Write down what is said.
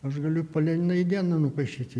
aš galiu po leniną į dieną nupaišyti